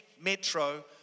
Metro